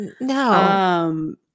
No